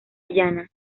llana